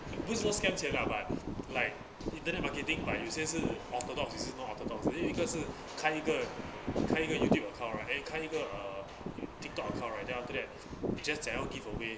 不知道 scam 钱 lah but like internet marketing by 有些是 orthodox 也是 non-orthodox then 有一个是开一个开一个 YouTube account right then 开一个 uh TikTok account then just 怎样 give away